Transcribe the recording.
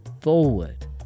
forward